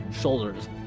shoulders